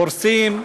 הורסים,